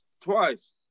twice